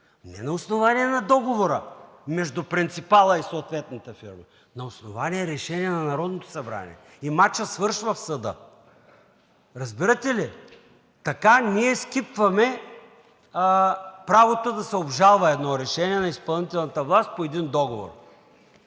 Не на основание на договора между принципала и съответната фирма, а „на основание решение на Народното събрание“ и мачът свършва в съда. Разбирате ли? Така ние скипваме правото да се обжалва едно решение на изпълнителната власт по един договор,